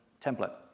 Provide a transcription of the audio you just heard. template